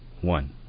one